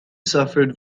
suffered